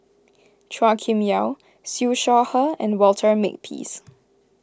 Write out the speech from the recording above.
Chua Kim Yeow Siew Shaw Her and Walter Makepeace